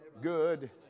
good